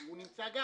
כי הוא נמצא שם,